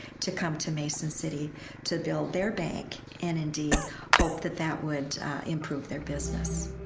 to come to mason city to build their bank and indeed hoped that that would improve their business.